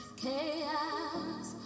chaos